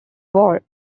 war